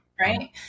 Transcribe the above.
Right